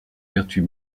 vertus